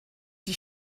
die